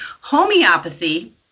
Homeopathy